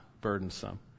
burdensome